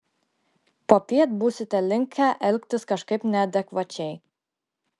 popiet būsite linkę elgtis kažkaip neadekvačiai